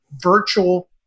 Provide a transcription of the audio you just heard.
virtual